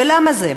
ולמה זה?